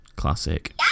classic